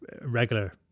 Regular